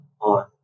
on